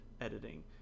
editing